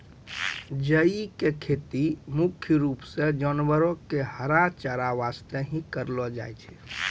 जई के खेती मुख्य रूप सॅ जानवरो के हरा चारा वास्तॅ हीं करलो जाय छै